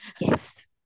Yes